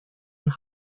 and